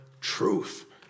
truth